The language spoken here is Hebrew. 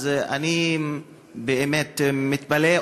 אז אני באמת מתפלא,